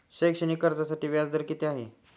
शैक्षणिक कर्जासाठी व्याज दर किती आहे?